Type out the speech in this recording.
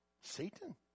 Satan